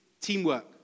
teamwork